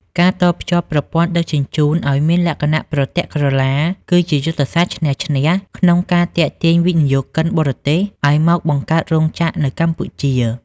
ការតភ្ជាប់ប្រព័ន្ធដឹកជញ្ជូនឱ្យមានលក្ខណៈប្រទាក់ក្រឡា គឺជាយុទ្ធសាស្ត្រឈ្នះ-ឈ្នះ ក្នុងការទាក់ទាញវិនិយោគិនបរទេសឱ្យមកបង្កើតរោងចក្រនៅកម្ពុជា។